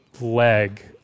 leg